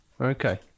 okay